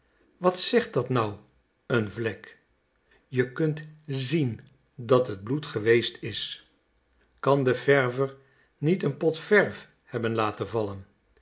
wat zegt dat nou een vlek je kunt zien dat het bloed geweest is kan de verver niet een pot verf hebben laten vallen